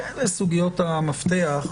שאלה סוגיות המפתח.